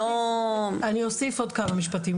אני אוסיף עוד כמה משפטים.